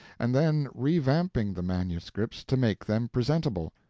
and then revamping the manuscripts to make them presentable.